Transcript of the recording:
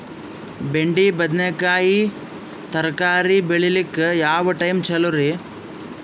ಬೆಂಡಿ ಬದನೆಕಾಯಿ ತರಕಾರಿ ಬೇಳಿಲಿಕ್ಕೆ ಯಾವ ಟೈಮ್ ಚಲೋರಿ?